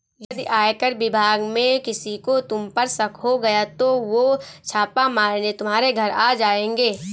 यदि आयकर विभाग में किसी को तुम पर शक हो गया तो वो छापा मारने तुम्हारे घर आ जाएंगे